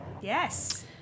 Yes